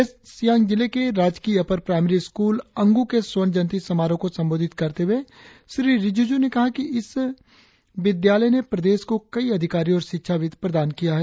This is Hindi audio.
वेस्ट सियांग जिले के राजकीय अपर प्राईमरी स्कूल अंगु के स्वर्ण जयंती समारोह को संबोधित करते हुए श्री रिजिज्ञ ने कहा कि इस विद्यालय ने प्रदेश को कई अधिकारी और शिक्षाविद प्रदान किया है